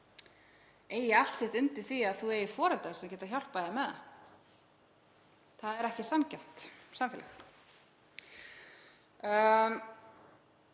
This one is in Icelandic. eigi allt sitt undir því að þú eigi foreldra sem geta hjálpað þér með það. Það er ekki sanngjarnt samfélag.